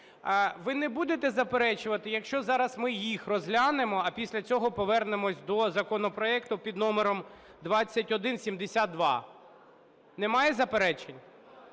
Ви не будете заперечувати, якщо зараз ми їх розглянемо, а після цього повернемося до законопроекту під номером 2172? Немає заперечень?